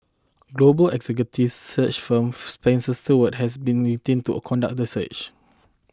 global executive search firm Spencer Stuart has been retained to conduct the search